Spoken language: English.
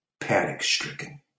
panic-stricken